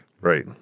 right